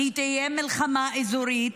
והיא תהיה מלחמה אזורית,